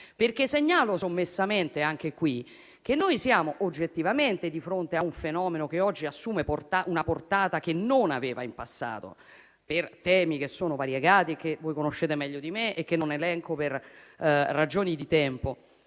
giorno. Segnalo sommessamente che siamo oggettivamente di fronte a un fenomeno che oggi assume una portata che non aveva in passato, per temi che sono variegati, che voi conoscete meglio di me e che non elenco per ragioni di tempo.